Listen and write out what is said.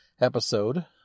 episode